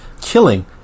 killing